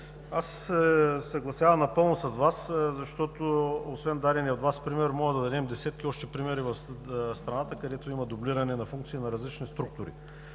се съгласявам напълно с Вас, защото освен дадения от Вас пример, можем да дадем още десетки примери в страната, където има дублиране на функции на различни структури.